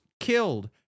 killed